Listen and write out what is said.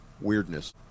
weirdness